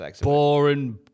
Boring